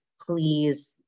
please